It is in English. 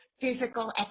physical